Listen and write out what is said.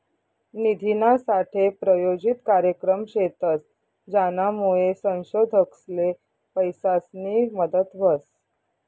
निधीनासाठे प्रायोजित कार्यक्रम शेतस, ज्यानामुये संशोधकसले पैसासनी मदत व्हस